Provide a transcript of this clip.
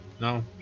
No